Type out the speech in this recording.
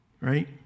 Right